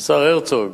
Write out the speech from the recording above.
השר הרצוג,